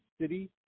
City